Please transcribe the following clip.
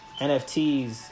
NFTs